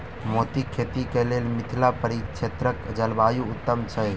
मोतीक खेती केँ लेल मिथिला परिक्षेत्रक जलवायु उत्तम छै?